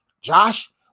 Josh